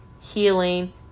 healing